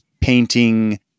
painting